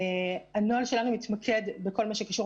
הנוהל שלנו התמקד בכל מה שקשור